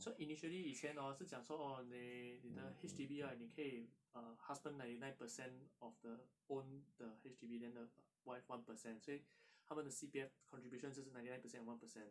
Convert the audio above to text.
so initially 以前 hor 是讲说 hor 你你的 H_D_B right 你可以 uh husband ninety nine percent of the own the H_D_B then the uh wife one percent 所以 他们的 cpf contribution 就是 ninety nine percent and one percent